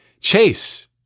Chase